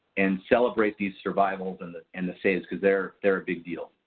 and celebrate these survivals and the and the saves because they are they are big deal.